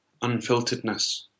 unfilteredness